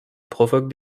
provoque